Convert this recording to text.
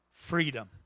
freedom